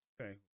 Okay